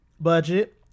Budget